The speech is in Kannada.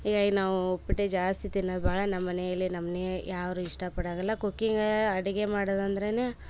ಹೀಗಾಗಿ ನಾವು ಉಪ್ಪಿಟ್ಟೆ ಜಾಸ್ತಿ ತಿನ್ನೋದು ಭಾಳ ನಮ್ಮನೆಯಲ್ಲಿ ನಮ್ನೀ ಯಾರು ಇಷ್ಟ ಪಡದಿಲ್ಲ ಕುಕ್ಕಿಂಗ್ ಅಡಿಗೆ ಮಾಡೋದಂದರೇನೆ